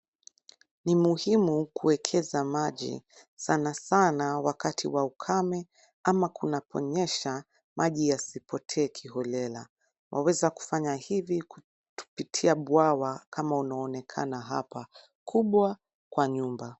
Ni muhimu kuekeza maji, sana sana wakati wa ukame ama kunaponyesha maji yasipotee kiholela. Waweza kufanya hivi kupitia bwawa kama unaonekana hapa kubwa kwa nyumba.